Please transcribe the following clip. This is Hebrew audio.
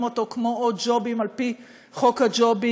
אותו כמו עוד ג'ובים על פי חוק הג'ובים,